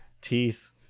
teeth